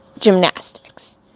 gymnastics